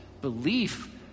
belief